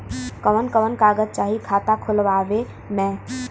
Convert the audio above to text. कवन कवन कागज चाही खाता खोलवावे मै?